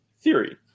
theory